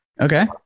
Okay